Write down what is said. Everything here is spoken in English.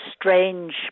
strange